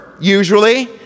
usually